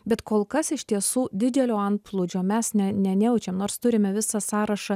bet kol kas iš tiesų didelio antplūdžio mes ne ne nejaučiam nors turime visą sąrašą